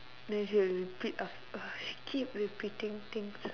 then she will repeat uh she keep repeating things